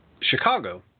Chicago